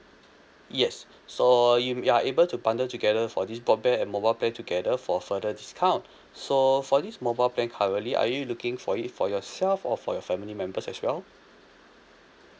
yes so uh you we are able to bundle together for this broadband and mobile plan together for further discount so for this mobile plan currently are you looking for it for yourself or for your family members as well